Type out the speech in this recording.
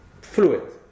fluid